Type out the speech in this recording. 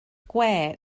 gwe